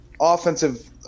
offensive